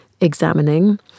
examining